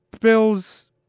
Bill's